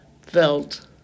felt